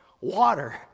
water